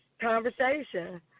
conversation